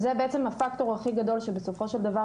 וזה בעצם הפקטור הכי גדול שבסופו של דבר